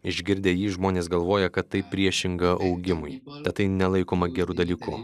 išgirdę jį žmonės galvoja kad tai priešinga augimui tad tai nelaikoma geru dalyku